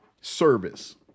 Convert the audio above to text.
service